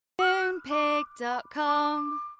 Moonpig.com